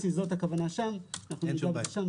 לכן אנו מציפים את ההערה.